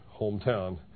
hometown